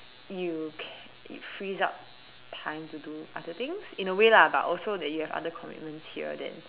you can freeze up time to do other things in a way lah but also that you have other commitments here than